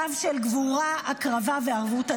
קו של גבורה, הקרבה, וערבות הדדית.